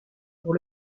pour